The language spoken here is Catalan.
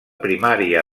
primària